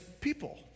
people